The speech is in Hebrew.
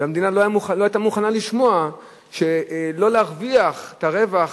והמדינה לא היתה מוכנה לשמוע שלא להרוויח את הרווח